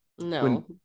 no